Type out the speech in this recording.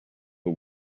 the